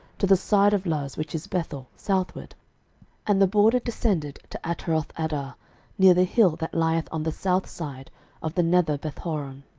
to the side of luz, which is bethel, southward and the border descended to atarothadar, near the hill that lieth on the south side of the nether bethhoron.